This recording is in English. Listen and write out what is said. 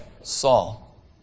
Saul